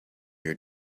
your